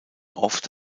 oft